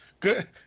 Good